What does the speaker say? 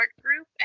group